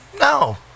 No